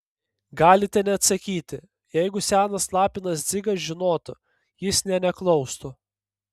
galite neatsakyti jeigu senas lapinas dzigas žinotų jis nė neklaustų